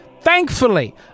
thankfully